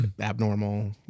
abnormal